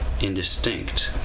indistinct